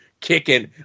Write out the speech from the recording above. kicking